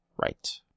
Right